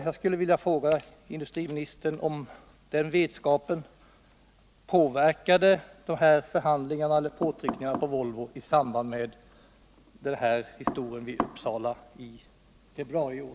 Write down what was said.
Jag skulle vilja fråga industriministern om den vetskapen påverkade förhandlingarna eller påtryckningarna på Volvo i samband med den här historien i Uppsala i februari i år.